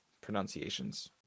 pronunciations